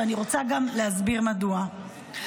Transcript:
ואני רוצה להסביר מדוע: